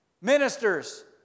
ministers